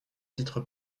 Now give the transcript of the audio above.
titre